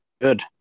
Good